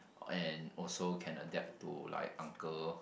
and also can adapt to like uncle